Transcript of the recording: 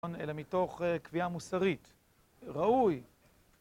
אלא מתוך קביעה מוסרית. ראוי!